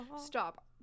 Stop